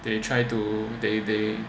they try to they they